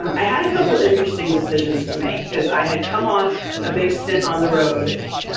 um i had a couple interesting decisions to make, cause i had come off a big stint on the road,